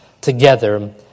together